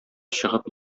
чыгып